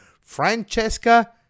Francesca